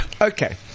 Okay